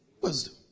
Wisdom